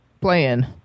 Playing